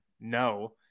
No